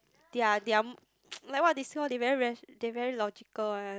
their their like what they call they very rat~ they very logical one